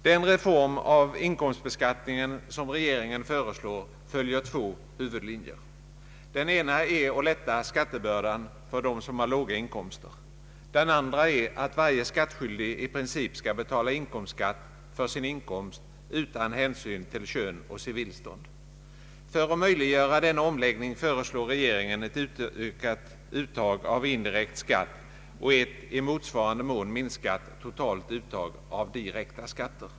Den reform av inkomstbeskattningen som regeringen föreslår följer två huvudlinjer. Den ena är att lätta skattebördan för dem som har låga inkomster, den andra är att varje skattskyldig i princip skall betala skatt på sin inkomst utan hänsyn till kön och civilstånd. För att möjliggöra denna omläggning föreslår regeringen ett ökat uttag av indirekt skatt och ett i motsvarande mån minskat totalt uttag av direkta skatter.